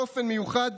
באופן מיוחד,